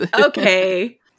Okay